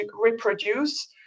reproduce